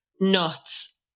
nuts